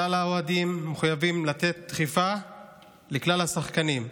כלל האוהדים מחויבים לתת דחיפה לכלל השחקנים.